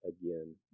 again